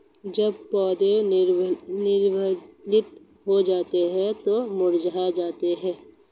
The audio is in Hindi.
जब पौधे निर्जलित हो जाते हैं तो मुरझा जाते हैं